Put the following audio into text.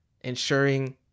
ensuring